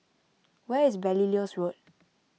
where is Belilios Road